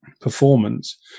performance